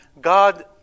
God